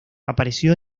apareció